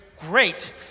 great